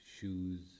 shoes